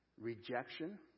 rejection